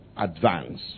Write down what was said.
advance